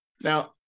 Now